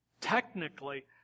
Technically